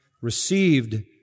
received